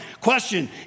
Question